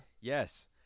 yes